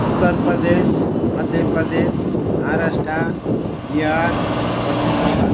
Uttar Pradesh Madhya Pradesh Maharashtra Bihar Paschim Bengal